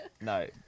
No